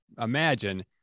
imagine